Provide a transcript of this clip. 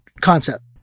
concept